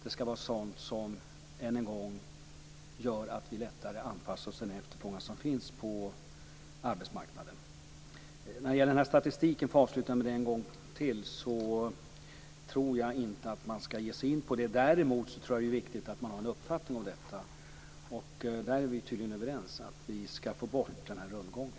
Det skall vara sådant som, det vill jag säga än en gång, gör att vi lättare anpassar oss till den efterfrågan som finns på arbetsmarknaden. När det gäller statistiken, för att avsluta med det en gång till, tror jag inte att man skall ge sig in på detta. Däremot tror jag att det är viktigt att man har en uppfattning om situationen. Vi är tydligen överens om att vi skall få bort den här rundgången.